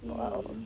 !wow!